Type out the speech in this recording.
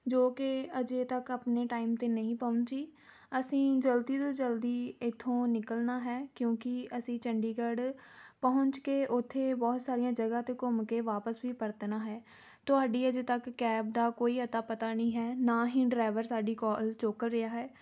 ਜੋ ਕਿ ਅਜੇ ਤੱਕ ਆਪਣੇ ਟਾਈਮ 'ਤੇ ਨਹੀਂ ਪਹੁੰਚੀ ਅਸੀਂ ਜਲਦੀ ਤੋਂ ਜਲਦੀ ਇੱਥੋਂ ਨਿਕਲਣਾ ਹੈ ਕਿਉਂਕਿ ਅਸੀਂ ਚੰਡੀਗੜ੍ਹ ਪਹੁੰਚ ਕੇ ਉੱਥੇ ਬਹੁਤ ਸਾਰੀਆਂ ਜਗ੍ਹਾ 'ਤੇ ਘੁੰਮ ਕੇ ਵਾਪਸ ਵੀ ਪਰਤਣਾ ਹੈ ਤੁਹਾਡੀ ਅਜੇ ਤੱਕ ਕੈਬ ਦਾ ਕੋਈ ਅਤਾ ਪਤਾ ਨਹੀਂ ਹੈ ਨਾ ਹੀ ਡਰਾਈਵਰ ਸਾਡੀ ਕਾਲ ਚੁੱਕ ਰਿਹਾ ਹੈ